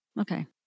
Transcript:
Okay